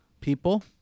People